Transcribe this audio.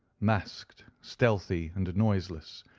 masked, stealthy, and noiseless,